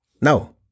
No